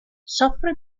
soffre